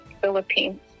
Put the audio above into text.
Philippines